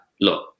look